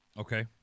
Okay